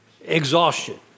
Exhaustion